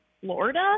Florida